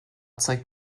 zeigt